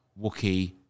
wookie